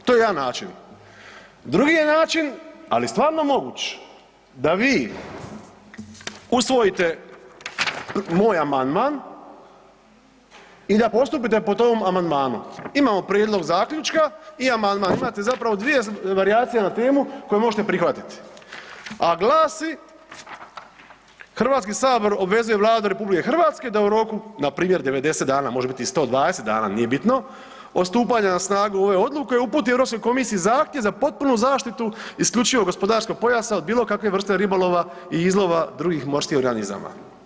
To je jedan način. drugi je način, ali stvarno moguć, da vi usvojite moj amandman i da postupite po tom amandmanu, imamo prijedlog zaključka i amandman, imate zapravo dvije varijacije na temu koje možete prihvatiti a glasi, Hrvatski sabor obvezuje Vladu RH da u roku npr. 90 dana, može biti i 120 dana, nije bitno, od stupanja na snagu ove odluke, uputi Europskoj komisiji zahtjev za potpunu zaštitu IGP-a od bilokakve vrste ribolova i izlova drugih morskih organizama.